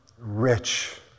rich